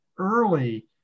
early